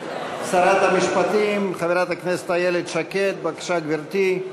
שרת המשפטים איילת שקד, בבקשה, גברתי.